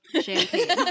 champagne